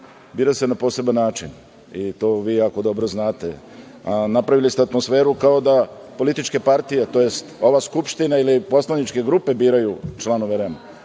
bira se na poseban način i to vi jako dobro znate. Napravili ste atmosferu kao da političke partije, tj. ova Skupština ili poslaničke grupe biraju članove REM-a,